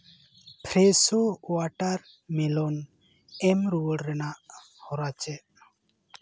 Fresho watermelon ᱮᱢ ᱨᱩᱣᱟᱹᱲ ᱨᱮᱱᱟᱜ ᱦᱚᱨᱟ ᱪᱮᱫ